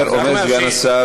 אומר סגן השר,